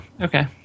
okay